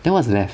then what's left